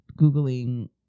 googling